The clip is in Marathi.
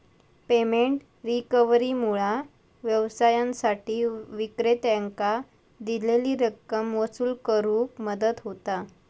पेमेंट रिकव्हरीमुळा व्यवसायांसाठी विक्रेत्यांकां दिलेली रक्कम वसूल करुक मदत होता